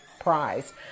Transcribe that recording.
prize